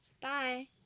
Bye